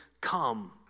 come